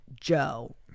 Joe